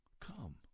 come